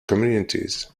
communities